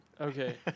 Okay